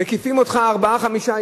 מקיפים אותך ארבעה-חמישה